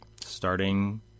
starting